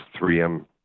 3M